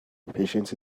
patience